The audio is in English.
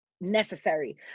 necessary